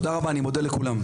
תודה רבה, אני מודה לכולם.